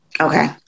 Okay